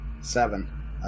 Seven